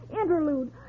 interlude